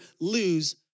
lose